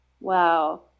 Wow